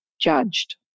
judged